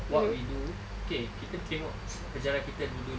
what we do okay kita tengok sejarah kita dulu-dulu